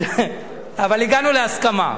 אבל הגענו להסכמה.